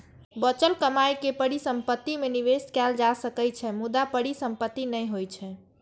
बचल कमाइ के परिसंपत्ति मे निवेश कैल जा सकै छै, मुदा परिसंपत्ति नै होइ छै